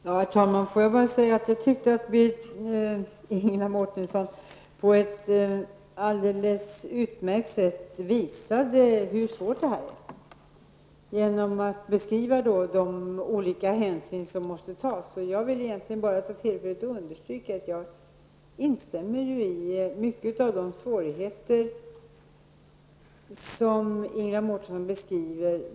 Herr talman! Får jag bara säga att jag tyckte att Ingela Mårtensson på ett alldeles utmärkt sätt, genom att beskriva de olika hänsyn som måste tas, visade hur svårt det här är. Jag vill egentligen bara ta tillfället i akt att understryka att jag instämmer i mycket av Ingela Mårtenssons beskrivning av svårigheterna.